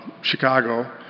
Chicago